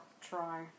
try